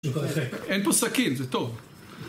אין פה סכין, זה טוב